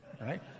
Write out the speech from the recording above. right